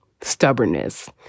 stubbornness